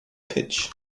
pitch